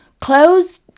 clothes